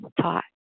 taught